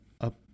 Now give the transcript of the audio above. up